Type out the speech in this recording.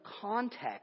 context